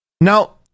Now